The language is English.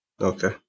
okay